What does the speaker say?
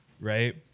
right